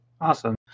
Awesome